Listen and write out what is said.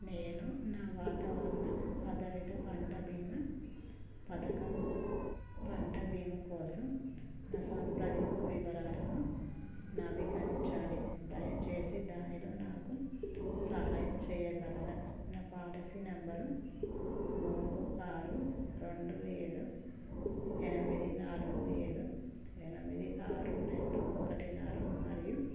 నేను నా వాతావరణ ఆధారిత పంట బీమా పథకం పంట బీమా కోసం నా సంప్రదింపు వివరాలను నవీకరించాలి దయచేసి దానిలో నాకు సహాయం చేయగలరా నా పాలసీ నెంబరు మూడు ఆరు రెండు ఏడు ఎనమిది నాలుగు ఏడు ఎనమిది ఆరు రెండు ఒకటి నాలుగు మరియు